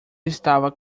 estava